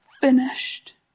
finished